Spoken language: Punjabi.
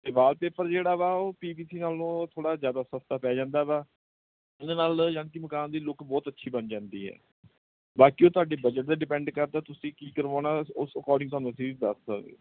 ਅਤੇ ਵਾਲਪੇਪਰ ਜਿਹੜਾ ਵਾ ਉਹ ਪੀ ਬੀ ਸੀ ਨਾਲੋ ਥੋੜ੍ਹਾ ਜ਼ਿਆਦਾ ਸਸਤਾ ਪੈ ਜਾਂਦਾ ਵਾ ਉਹਦੇ ਨਾਲ ਤਾਂ ਯਾਨੀ ਕੇ ਮਕਾਨ ਦੀ ਲੁੱਕ ਬਹੁਤ ਅੱਛੀ ਬਣ ਜਾਂਦੀ ਹੈ ਬਾਕੀ ਉਹ ਤੁਹਾਡੇ ਬਜਟ 'ਤੇ ਡਿਪੈਂਡ ਕਰਦਾ ਤੁਸੀਂ ਕੀ ਕਰਵਾਉਣਾ ਉਸ ਅਕੋਰਡਿੰਗ ਤੁਹਾਨੂੰ ਅਸੀਂ ਦੱਸ ਸਕਦੇ